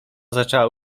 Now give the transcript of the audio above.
zaczęła